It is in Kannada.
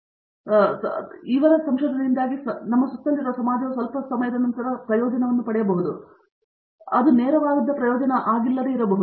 ಮತ್ತು ಕೆಲವೊಮ್ಮೆ ಎಂಎಸ್ ಮತ್ತು ಪಿಹೆಚ್ಡಿ ಸಂಶೋಧನೆ ಕೂಡ ತುಟ್ಟತುದಿಯ ಚಟುವಟಿಕೆಯಲ್ಲಿದೆ ಅದರಿಂದ ಸಮಾಜವು ಸ್ವಲ್ಪ ಸಮಯದ ನಂತರ ಪ್ರಯೋಜನವನ್ನು ಪಡೆಯಬಹುದು ನಿಮಗೆ ತಿಳಿದಿರುವಂತೆ ಅವರಿಗೆ ನೇರವಾಗಿ ಪ್ರಯೋಜನವಾಗಿಲ್ಲದಿರಬಹುದು